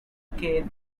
care